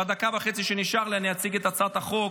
בדקה וחצי שנשארה לי אני אציג את הצעת החוק,